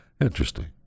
Interesting